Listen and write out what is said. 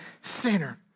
Sinner